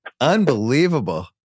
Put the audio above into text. Unbelievable